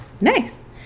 Nice